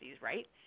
right